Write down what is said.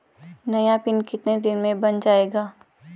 नया पिन कितने दिन में बन जायेगा?